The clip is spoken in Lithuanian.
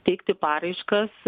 teikti paraiškas